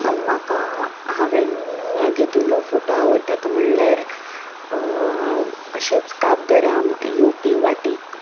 म्हाका हांवें घेतिल्लो फोटो आवडटा तो म्हणल्यार अशेंच काब दे राम येवपी वाटेर